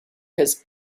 his